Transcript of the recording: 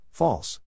False